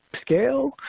scale